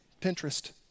Pinterest